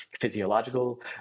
physiological